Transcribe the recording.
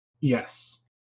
Yes